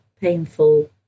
painful